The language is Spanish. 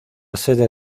sede